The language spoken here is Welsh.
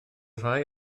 rhai